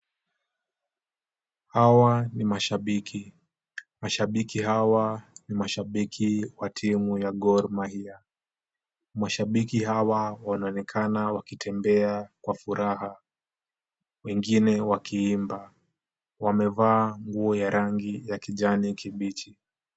Hawa ni mashabiki. Mashabiki hawa ni mashabiki wa timu ya Gor Mahia. Mashabiki hawa wanaonekana wakitembea kwa furaha wengine wakiimba. Wamevaa nguo ya rangi ya kijani kibichi.